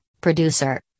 producer